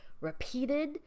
repeated